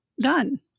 done